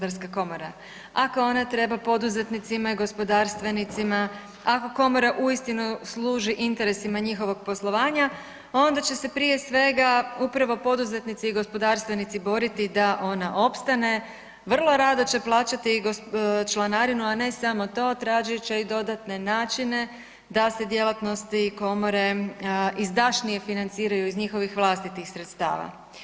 Ako ona trena poduzetnicima i gospodarstvenicima, ako komora uistinu služi interesima njihovog poslovanja, onda će se prije svega, upravo poduzetnici i gospodarstvenici boriti da ona opstane, vrlo rado će plaćati članarinu, a ne samo to, tražit će i dodatne načine da se djelatnosti Komore izdašnije financiraju iz njihovih vlastitih sredstava.